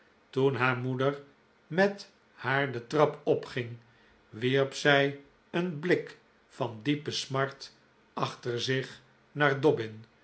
toen haar moeder met haar de trap opging wierp zij een blik van diepe smart achter zich naar dobbin